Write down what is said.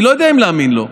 אני לא יודע אם להאמין לו,